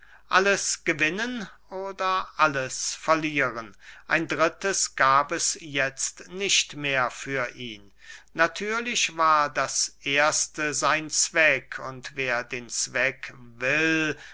alles gewinnen oder alles verlieren ein drittes gab es jetzt nicht mehr für ihn natürlich war das erste sein zweck und wer den zweck will